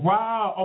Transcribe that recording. Wow